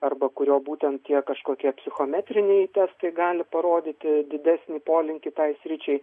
arba kurio būtent tie kažkokie psichometriniai testai gali parodyti didesnį polinkį tai sričiai